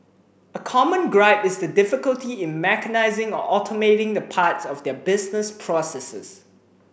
a common gripe is the difficulty in mechanising or automating the parts of their business processes